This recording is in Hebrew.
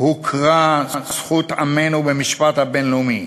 "הוכרה זכות עמנו במשפט הבין-לאומי.